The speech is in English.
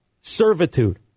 Servitude